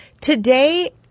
Today